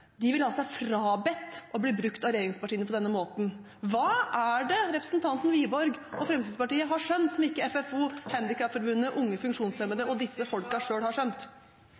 De vil ha seg frabedt å bli brukt av regjeringspartiene på denne måten. Hva er det representanten Wiborg og Fremskrittspartiet har skjønt som ikke FFO, Handikapforbundet, Unge funksjonshemmede og disse folkene selv har skjønt?